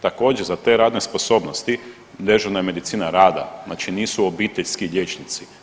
Također za te radne sposobnosti dežurna je medicina rada, nisu obiteljski liječnici.